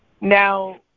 Now